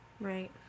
Right